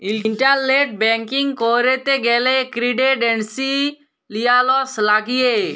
internet banking ক্যরতে গ্যালে credentials লাগিয়ে